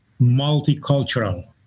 multicultural